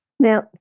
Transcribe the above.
Now